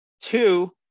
Two